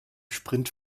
sprint